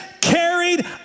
carried